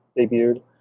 debuted